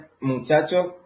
muchachos